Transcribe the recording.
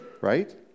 Right